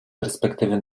perspektywy